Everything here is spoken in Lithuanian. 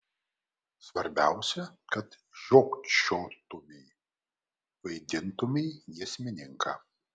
svarbiausia kad žiopčiotumei vaidintumei giesmininką